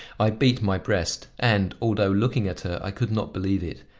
i beat my breast, and, although looking at her, i could not believe it.